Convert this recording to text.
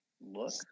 look